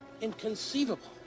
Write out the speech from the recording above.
Inconceivable